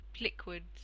liquids